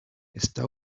está